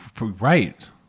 Right